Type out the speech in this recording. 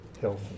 health